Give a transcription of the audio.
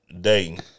Dating